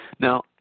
Now